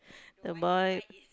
the boy